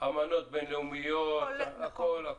אמנות בינלאומיות, הכול.